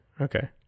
okay